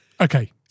okay